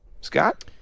Scott